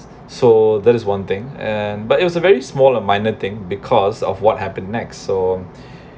so that is one thing and but it was a very small or minor thing because of what happened next so